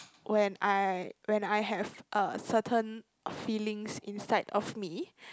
when I when I have a certain feelings inside of me